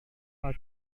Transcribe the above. pak